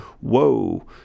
Whoa